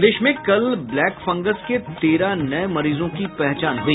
प्रदेश में कल black fungus के तेरह नये मरीजों की पहचान हुई